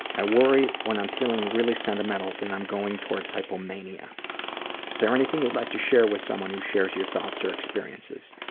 i worry when i'm feeling really sentimental that i'm going towards hypomania. is there anything you'd like to share with someone who shares your thoughts or experiences?